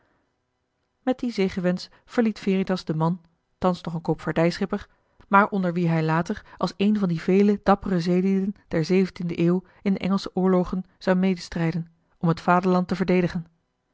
met dien zegenwensch verliet veritas den man thans nog een koopvaardijschipper maar onder wien hij later als een van die vele dappere zeelieden der zevenjoh h been paddeltje de scheepsjongen van michiel de ruijter tiende eeuw in de engelsche oorlogen zou medestrijden om het vaderland te verdedigen